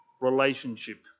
relationship